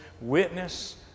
witness